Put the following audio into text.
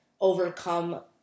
overcome